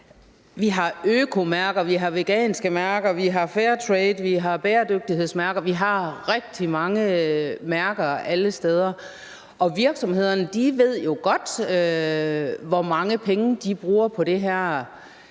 Vi har økomærker, vi har veganske mærker, vi har mærker for fair trade, vi har bæredygtighedsmærke, vi har rigtig mange mærker alle steder, og virksomhederne ved jo godt, hvor mange penge de bruger på det her,